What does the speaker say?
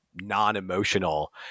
non-emotional